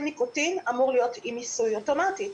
ניקוטין אמור להיות עם מיסוי אוטומטית.